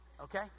okay